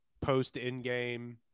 post-endgame